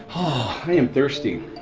oh i am thirsty.